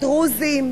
הדרוזים,